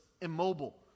immobile